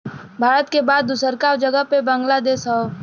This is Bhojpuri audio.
भारत के बाद दूसरका जगह पे बांग्लादेश हौ